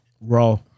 Raw